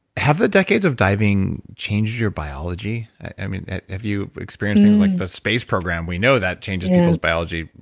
have the decades of diving changed your biology? have you experienced things? like the space program, we know that changes people's biology.